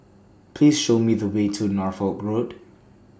Please Show Me The Way to Norfolk Road